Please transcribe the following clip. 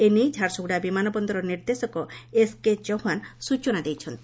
ଏନେଇ ଝାରସୁଗୁଡ଼ା ବିମାନ ବନର ନିର୍ଦ୍ଦେଶକ ଏସ୍କେ ଚୌହାନ ସୂଚନା ଦେଇଛନ୍ତି